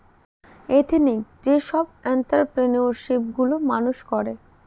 ethnic যেসব entrepreneurship গুলো মানুষ করে